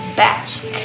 back